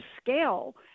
scale